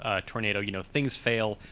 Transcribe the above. ah tornado, you know things fail.